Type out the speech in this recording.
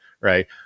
right